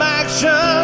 action